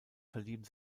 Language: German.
verlieben